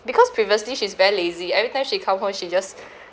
because previously she is very lazy every time she come home she just